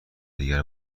دیگر